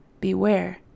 beware